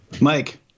Mike